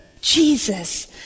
Jesus